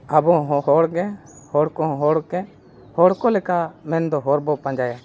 ᱟᱵᱚ ᱦᱚᱲᱜᱮ ᱦᱚᱲ ᱠᱚᱦᱚᱸ ᱦᱚᱲᱜᱮ ᱦᱚᱲ ᱠᱚ ᱞᱮᱠᱟ ᱢᱮᱱᱫᱚ ᱦᱚᱨ ᱵᱚᱱ ᱯᱟᱸᱡᱟᱭᱟ